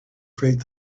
freight